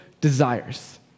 desires